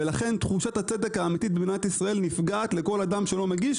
ולכן תחושת הצדק האמיתית במדינת ישראל נפגעת לכל אדם שלא מגיש,